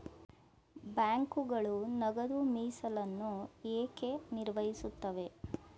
ಬ್ಯಾಂಕುಗಳು ನಗದು ಮೀಸಲನ್ನು ಏಕೆ ನಿರ್ವಹಿಸುತ್ತವೆ?